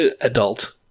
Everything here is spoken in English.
adult